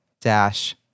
dash